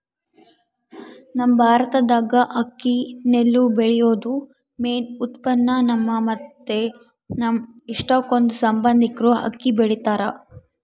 ನಮ್ ಭಾರತ್ದಾಗ ಅಕ್ಕಿ ನೆಲ್ಲು ಬೆಳ್ಯೇದು ಮೇನ್ ಉತ್ಪನ್ನ, ನಮ್ಮ ಮತ್ತೆ ನಮ್ ಎಷ್ಟಕೊಂದ್ ಸಂಬಂದಿಕ್ರು ಅಕ್ಕಿ ಬೆಳಿತಾರ